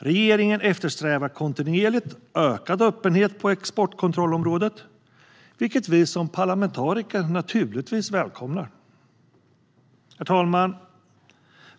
Regeringen eftersträvar kontinuerligt ökad öppenhet på exportkontrollområdet, vilket vi som parlamentariker naturligtvis välkomnar. Herr talman!